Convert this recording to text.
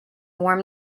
warm